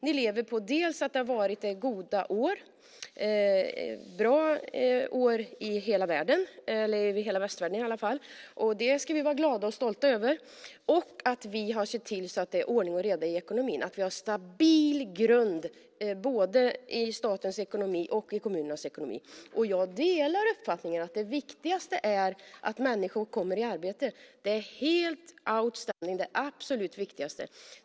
Ni lever på att det har varit goda och bra år i hela världen, eller i alla fall hela västvärlden - det ska vi vara glada och stolta över - och att vi har sett till att det är ordning och reda i ekonomin så att vi har en stabil grund både i statens ekonomi och i kommunernas ekonomi. Jag delar uppfattningen att det viktigaste är att människor kommer i arbete. Det är helt outstanding och det absolut viktigaste.